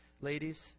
ladies